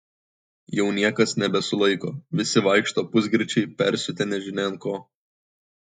jau niekas nebesulaiko visi vaikšto pusgirčiai persiutę nežinia ant ko